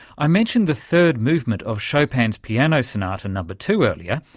i mentioned the third movement of chopin's piano sonata number two earlier,